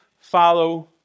follow